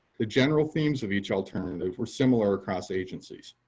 the general themes of each alternative were similar across agencies.